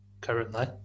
currently